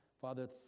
Father